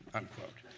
unquote.